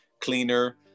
Cleaner